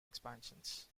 expansions